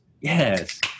yes